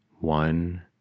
one